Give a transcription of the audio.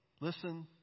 Listen